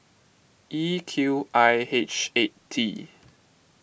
E Q I H eight T